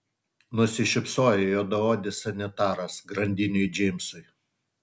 nusišypsojo juodaodis sanitaras grandiniui džeimsui